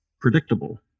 predictable